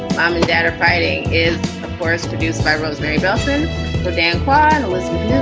mom and dad are fighting. is the forest produced by rosemarie beltran or dan klein? elizabeth,